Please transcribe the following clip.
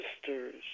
sisters